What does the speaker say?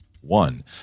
one